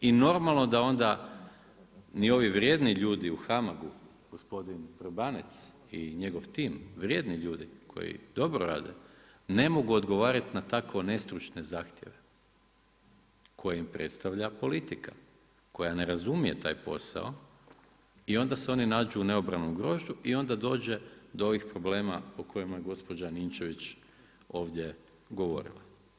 I normalno da onda ni ovi vrijedni ljudi u HAMAG-u gospodin Vrbanec i njego tim, vrijedni ljudi koji dobro rade ne mogu odgovor na tako nestručne zahtjeve, koja im predstavlja politika, koja ne razumije taj posao i onda se oni nađu u neobranom grožđu i onda dođe do ovih problema o kojima je gospođa Ninčević ovdje govorila.